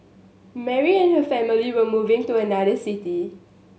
Mary and her family were moving to another city